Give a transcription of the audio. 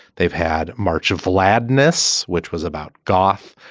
they've had march of gladness, which was about gough.